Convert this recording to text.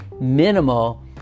minimal